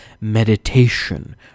meditation